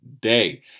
day